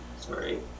sorry